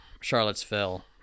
Charlottesville